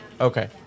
okay